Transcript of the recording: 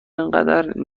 اینقدر